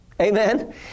Amen